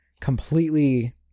completely